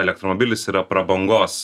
elektromobilis yra prabangos